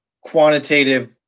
quantitative